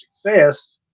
success